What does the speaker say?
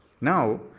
Now